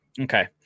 okay